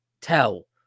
tell